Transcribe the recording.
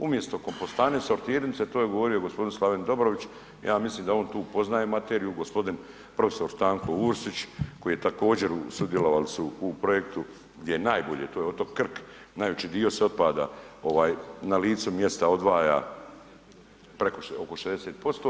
Umjesto kompostane, sortirnice to je govorio gospodin Slaven Dobrović, ja mislim da on tu poznaje materiju, gospodin profesor Stanko Ursić koji je također sudjelovali su u projektu gdje je najbolje to je otok Krk, najveći dio se otpada ovaj na licu mjesta odvaja oko 60%